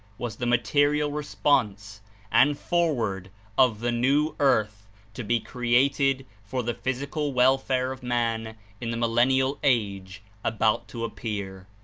was the material response and foreword of the new earth to be created for the physical welfare of man in the mlllenlal age about to appear.